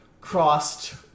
crossed